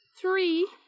Three